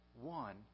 one